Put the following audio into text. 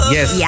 Yes